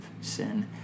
sin